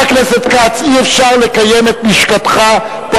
אי-אפשר לקיים את לשכתך פה,